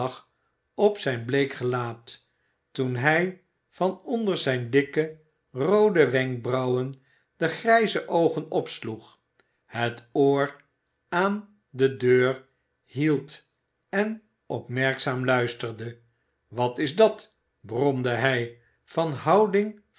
op i zijn bleek gelaat toen hij van onder zijne dikke roode wenkbrauwen de grijze oogen opsloeg het oor aan de deur hield en opmerkzaam luisterde wat is dat bromde hij van houding